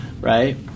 Right